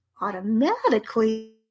automatically